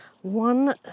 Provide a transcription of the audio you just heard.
One